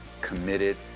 committed